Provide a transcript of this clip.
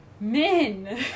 Men